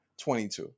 22